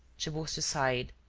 tiburcio sighed,